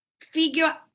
figure